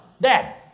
Dad